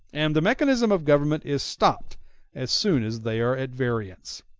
and the mechanism of government is stopped as soon as they are at variance.